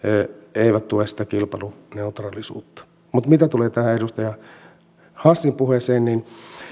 eivät tue sitä kilpailuneutraalisuutta mutta mitä tulee tähän edustaja hassin puheeseen niin